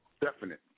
Definite